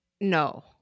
No